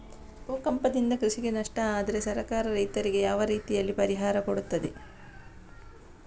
ಭೂಕಂಪದಿಂದ ಕೃಷಿಗೆ ನಷ್ಟ ಆದ್ರೆ ಸರ್ಕಾರ ರೈತರಿಗೆ ಯಾವ ರೀತಿಯಲ್ಲಿ ಪರಿಹಾರ ಕೊಡ್ತದೆ?